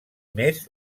més